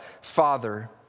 Father